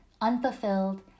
unfulfilled